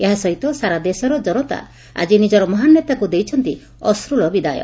ଏହାସହିତ ସାରା ଦେଶର ଜନତା ଆଜି ନିଜର ମହାନ୍ ନେତାଙ୍କୁ ଦେଇଛନ୍ତି ଅଶୁଳ ବିଦାୟ